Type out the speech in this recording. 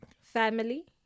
Family